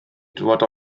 dŵad